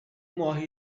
ماهی